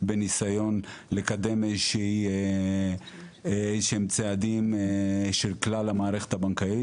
בניסיון לקדם איזשהם צעדים של כלל המערכת הבנקאית.